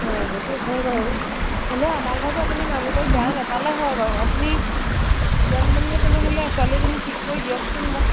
অঁ সেইটো হয় বাৰু হ'লেও আমাৰ ঘৰতো আপুনি কাম কৰি বেয়া নেপালে হয় বাৰু আপুনি যেন তেনকে তেনেহ'লে ছোৱালী এজনী ঠিক কৰি দিয়কচোন মোক